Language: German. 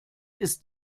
ist